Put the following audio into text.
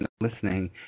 listening